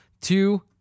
two